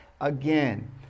again